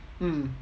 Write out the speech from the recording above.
mm